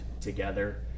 together